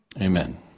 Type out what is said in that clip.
Amen